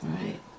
Right